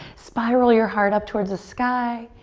spiral your heart up towards the sky.